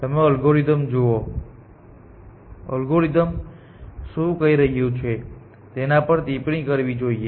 તમે એલ્ગોરિધમ્સ જુઓ છો એલ્ગોરિધમ્સ શું કરી રહ્યું છે તેના પર ટિપ્પણી કરવી જોઈએ